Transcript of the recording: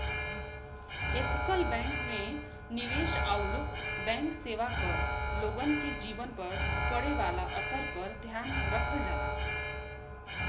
ethical bank में निवेश आउर बैंक सेवा क लोगन के जीवन पर पड़े वाले असर पर ध्यान रखल जाला